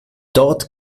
dort